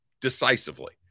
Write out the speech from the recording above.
decisively